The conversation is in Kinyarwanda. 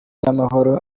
n’amahoro